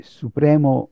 supremo